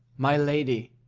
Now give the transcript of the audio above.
my lady,